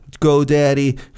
GoDaddy